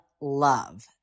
love